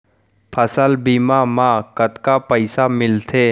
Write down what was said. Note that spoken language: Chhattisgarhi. फसल बीमा म कतका पइसा मिलथे?